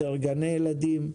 יותר גני ילדים,